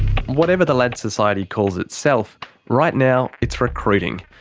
whatever the lads society calls itself right now, it's recruiting.